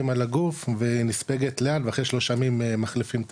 על הגוף והיא נספגת לאט ואחרי שלושה ימים מחליפים את